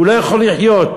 הוא לא יכול לחיות.